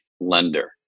lender